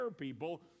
people